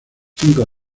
cinco